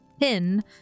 pin